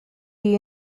you